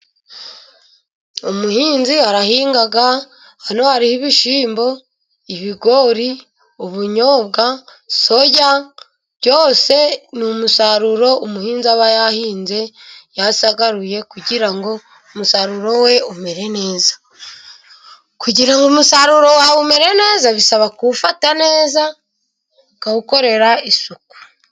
Umuhinzi arahinga, hano hariho ibishyimbo, ibigori, ubunyobwa, soya, byose ni umusaruro umuhinzi aba yahinze, yasagaruye kugira ngo umusaruro we umere neza. Kugira ngo umusaruro wawe umere neza, bisaba kuwufata neza, ukawukorera isuku.